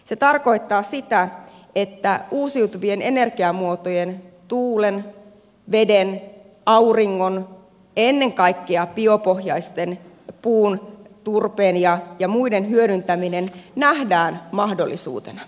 se tarkoittaa sitä että uusiutuvien energiamuotojen tuulen veden auringon ja ennen kaikkea biopohjaisten puun turpeen ja muiden hyödyntäminen nähdään mahdollisuutena